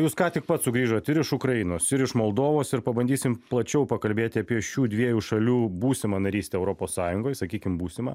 jūs ką tik pats sugrįžot ir iš ukrainos ir iš moldovos ir pabandysim plačiau pakalbėti apie šių dviejų šalių būsimą narystę europos sąjungoj sakykim būsimą